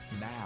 now